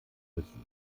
müssen